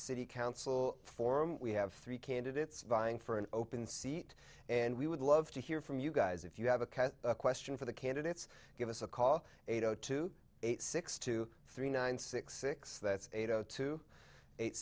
city council forum we have three candidates vying for an open seat and we would love to hear from you guys if you have a question for the candidates give us a call eight zero two six two three nine six six that's eight zero two eight